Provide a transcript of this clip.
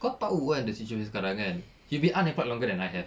kau tahu kan the situation sekarang kan you've been unemployed longer than I have